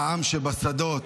לעם שבשדות,